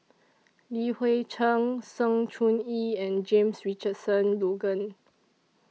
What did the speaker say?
Li Hui Cheng Sng Choon Yee and James Richardson Logan